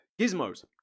gizmos